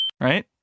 right